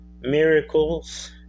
miracles